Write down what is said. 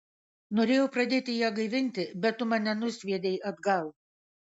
norėjau pradėti ją gaivinti bet tu mane nusviedei atgal